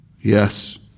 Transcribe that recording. Yes